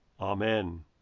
Amen